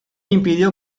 impidió